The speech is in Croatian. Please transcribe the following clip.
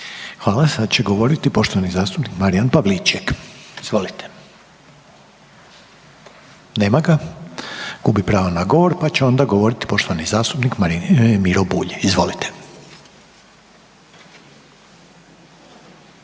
Hvala. Sada će govoriti poštovani zastupnik Marijan Pavliček. Izvolite. Nema ga. Gubi pravo na govor. Pa će onda govoriti poštovani zastupnik Miro Bulj. Izvolite.